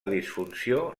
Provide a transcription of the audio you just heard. disfunció